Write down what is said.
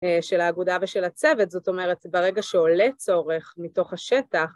של האגודה ושל הצוות, זאת אומרת, ברגע שעולה צורך מתוך השטח